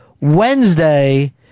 Wednesday